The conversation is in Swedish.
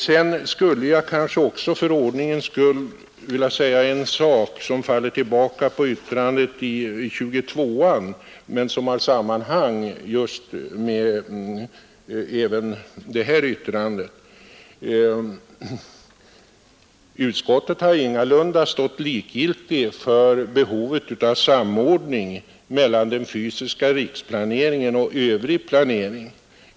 Sedan skulle jag kanske för ordningens skull också säga en sak som faller tillbaka på ett yttrande i betänkandet nr 22 men som har samband även med betänkande nr 24. Utskottet har ingalunda stått likgiltigt för behovet av samordning mellan den fysiska riksplaneringen och övrig planering.